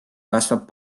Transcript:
kasvab